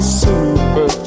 super